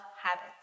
habits